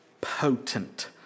potent